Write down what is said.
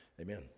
Amen